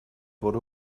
wurde